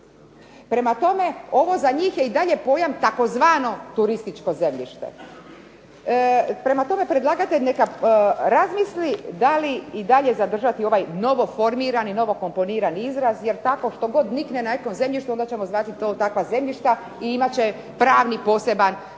Prema tome, ovo za njih je i dalje pojam tzv. turističko zemljište. Prema tome predlagatelj neka razmisli da li i dalje zadržati ovaj novoformirani, novokomponirani izraz jer tako što god nikne na nekom zemljištu, onda ćemo zvati to takva zemljišta i imat će pravni posebni režim,